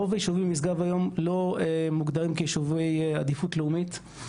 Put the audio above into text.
רוב יישובי משגב היום לא מוגדרים כיישובי עדיפות לאומית,